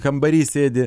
kambary sėdi